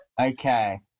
Okay